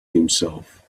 himself